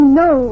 no